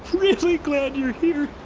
really glad you're here.